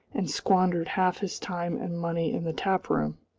and squandered half his time and money in the tap-room.